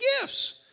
gifts